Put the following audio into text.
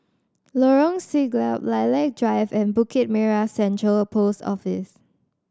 Lorong Siglap Lilac Drive and Bukit Merah Central Post Office